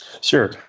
Sure